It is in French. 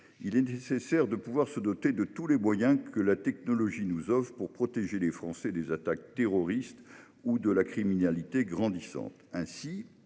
il est nécessaire de se doter de tous les moyens que la technologie nous offre pour protéger les Français des attaques terroristes ou de la criminalité grandissante.